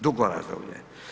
Dugo razdoblje.